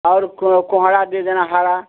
और को कोहणा दे देना हमारा